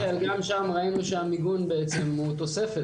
מיכאל גם שם ראינו שהמיגון הוא בעצם תוספת,